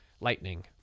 lightning